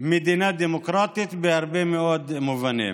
מדינה דמוקרטית בהרבה מאוד מובנים.